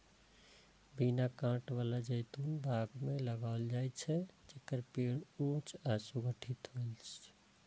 बिना कांट बला जैतून बाग मे लगाओल जाइ छै, जेकर पेड़ ऊंच आ सुगठित होइ छै